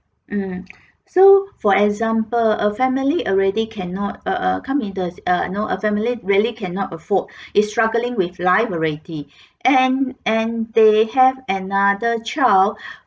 mm so for example a family already cannot uh uh come into a s~ uh you know a family really cannot afford is struggling with life already and and they have another child